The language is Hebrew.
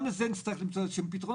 גם לזה נצטרך למצוא פתרונות,